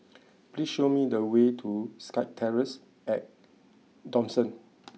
please show me the way to SkyTerrace at Dawson